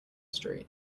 street